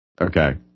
Okay